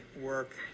work